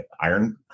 iron